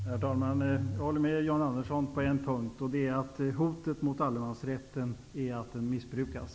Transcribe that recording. Herr talman! Jag håller med John Andersson på en punkt, nämligen att hotet mot allemansrätten är att den missbrukas.